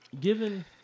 given